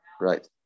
right